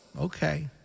Okay